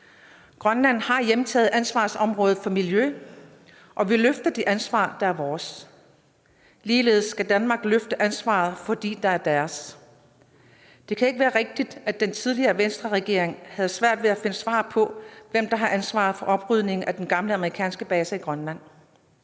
Grønland har hjemtaget ansvarsområdet for miljø, og vi løfter det ansvar, der er vores. Ligeledes skal Danmark løfte ansvaret for det, der er Danmarks. Det kan ikke være rigtigt, at den tidligere Venstreregering havde svært ved at finde svar på, hvem der har ansvaret for oprydningen på den gamle amerikanske base i Grønland.